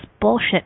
bullshit